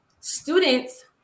students